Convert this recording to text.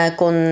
con